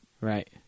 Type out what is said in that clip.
right